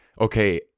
okay